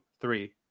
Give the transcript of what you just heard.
three